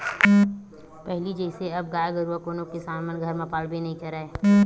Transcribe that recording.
पहिली जइसे अब गाय गरुवा कोनो किसान मन घर पालबे नइ करय